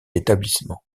établissement